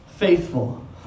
faithful